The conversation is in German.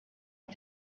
auf